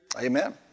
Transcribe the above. Amen